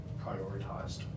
prioritized